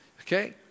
Okay